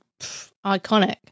Iconic